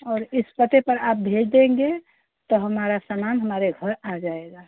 और इस पते पर आप भेज देंगे तो हमारा सामान हमारे घर आ जाएगा